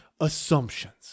Assumptions